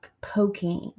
poking